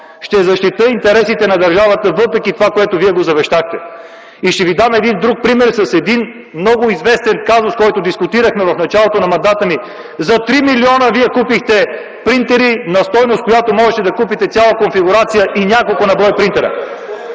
ще защитя интересите на държавата въпреки това, което вие завещахте. Ще ви дам и друг пример с един много известен казус, който дискутирахме в началото на мандата ми – за 3 милиона вие купихте принтери на стойност, с която можеше да купите цяла конфигурация и няколко на брой принтера.